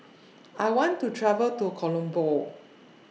I want to travel to Colombo